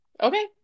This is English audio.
Okay